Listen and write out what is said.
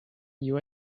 you